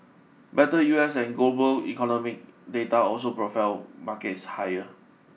better U S and global economy data also propelled markets higher